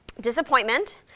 disappointment